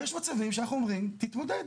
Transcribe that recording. ויש מצבים שאנחנו אומרים תתמודד.